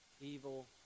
evil